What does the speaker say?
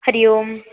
हरिः ओम्